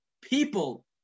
people